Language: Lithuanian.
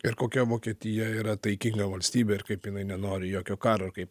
ir kokia vokietija yra taikinga valstybė ir kaip jinai nenori jokio karo ir kaip